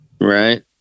Right